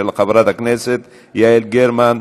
של חברת הכנסת יעל גרמן.